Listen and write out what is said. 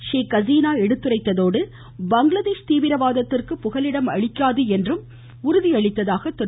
ஷேக் ஹசீனா எடுத்துரைத்ததோடு பங்களாதேஷ் தீவிரவாதத்திற்கு புகலிடம் அளிக்காது என்றும் உறுதியளித்தாகவும் திரு